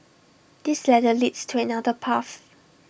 this ladder leads to another path